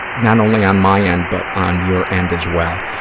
not only on my end, but on your end as well.